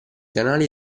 canali